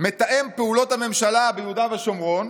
מתאם פעולות הממשלה ביהודה ושומרון,